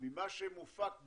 ממה שמופק בים,